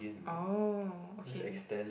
oh okay